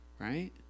right